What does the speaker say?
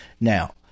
now